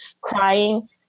crying